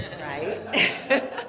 Right